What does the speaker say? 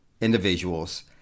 individuals